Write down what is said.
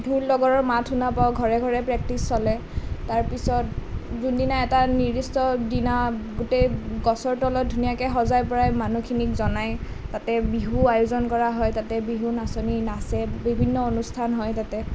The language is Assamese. ঢোল দগৰৰ মাত শুনা পাওঁ ঘৰে ঘৰে প্ৰেক্টিছ চলে তাৰ পিছত যোনদিনা এটা নিৰ্দিষ্ট দিনাত এই গছৰ তলত ধুনীয়াকৈ সজাই পৰাই মানুহখিনিক জনাই তাতে বিহু আয়োজন কৰা হয় তাতে বিহু নাচনি নাচে বিভিন্ন অনুষ্ঠান হয় তাতে